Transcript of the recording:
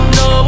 no